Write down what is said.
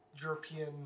European